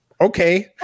Okay